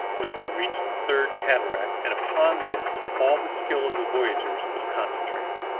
was to reach the third cataract, and upon this all the skill of the voyageurs was concentrated.